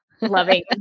loving